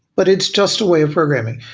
but it's just a way of programming.